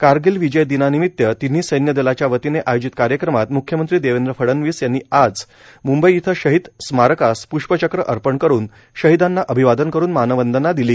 कारगिल विजय दिनानिमित तिन्ही सैन्य दलांच्या वतीने आयोजित कार्यक्रमात मुख्यमंत्री देवेंद्र डणवीस यांनी आज मुंबई इथं शहीद स्मारकास प्ष्पचक्र अर्पण करून शहीदांना अभिवादन करून मानवंदना दिली